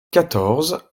quatorze